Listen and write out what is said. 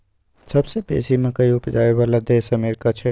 सबसे बेसी मकइ उपजाबइ बला देश अमेरिका छै